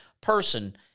person